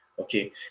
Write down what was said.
okay